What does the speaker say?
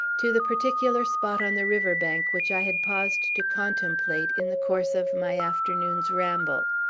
to the particular spot on the river-bank which i had paused to contemplate in the course of my afternoon's ramble.